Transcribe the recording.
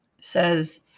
says